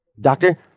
Doctor